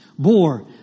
bore